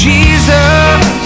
Jesus